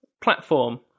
platform